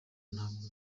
ntabwo